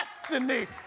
destiny